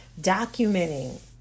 documenting